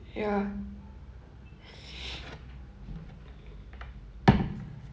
ya